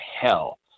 hell